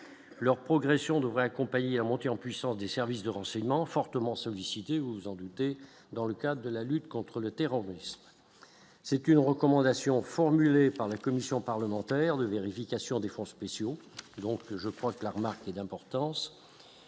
leur progression devrait accompagner la montée en. Puissance des services de renseignement fortement sollicités, vous vous en doutez, dans le cas de la lutte contre le terrorisme, c'est une recommandation formulée par la commission parlementaire de vérification des fonds spéciaux, donc je crois que la remarque est d'importance